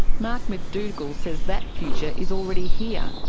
mark mcdougall says that future is already here,